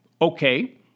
Okay